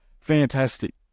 fantastic